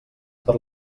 per